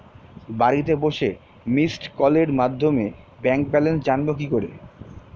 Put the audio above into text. বাড়িতে বসে মিসড্ কলের মাধ্যমে ব্যাংক ব্যালেন্স জানবো কি করে?